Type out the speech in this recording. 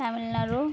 Tamil Nadu